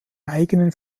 eigenen